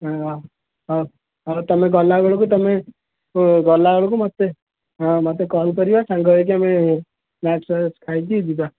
ହଁ ହଉ ହଉ ତମେ ଗଲାବେଳକୁ ତମେ ଗଲାବେଳକୁ ମୋତେ ହଁ ମୋତେ କଲ୍ କରିବ ସାଙ୍ଗହେଇକି ଆମେ ସ୍ନାକ୍ସ ଖାଇକି ଯିବା